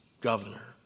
governor